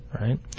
right